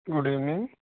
good evening